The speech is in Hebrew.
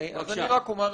אז אני רק אומר לפרוטוקול,